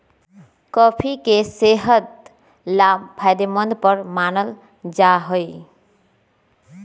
coffee के सेहत ला फायदेमंद पर मानल जाहई